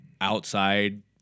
outside